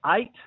eight